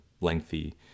lengthy